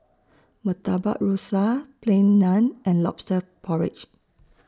Murtabak Rusa Plain Naan and Lobster Porridge